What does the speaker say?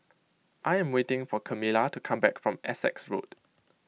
I am waiting for Camila to come back from Essex Road